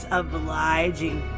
obliging